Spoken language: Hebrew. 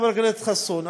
חבר הכנסת חסון,